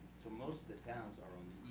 so most of the towns are on